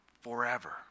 forever